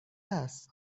است